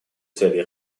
целей